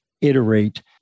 iterate